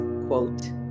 quote